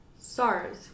SARS